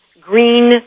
green